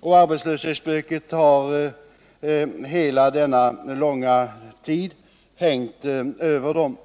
och arbetslöshetshotet har hela denna långa tid hängt över dem.